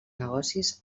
negocis